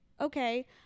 okay